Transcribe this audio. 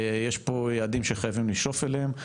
יש פה יעדים שחייבים לשאוף אליהם,